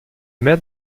mère